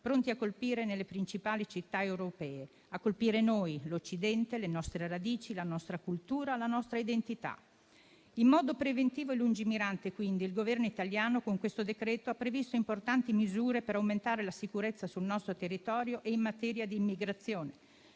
pronti a colpire nelle principali città europee noi, l'Occidente, le nostre radici, la nostra cultura e la nostra identità. In modo preventivo e lungimirante, quindi, il Governo italiano con questo decreto ha previsto importanti misure per aumentare la sicurezza sul nostro territorio e in materia d'immigrazione,